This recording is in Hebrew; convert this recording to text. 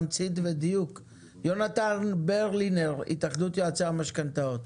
יונתן ברלינר, התאחדות יועצי המשכנתאות.